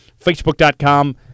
Facebook.com